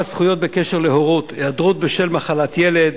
זכויות בקשר להורות: היעדרות בשל מחלת ילד,